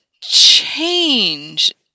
change